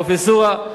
פרופסורה,